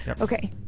Okay